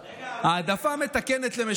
רגע, עושה גוגל.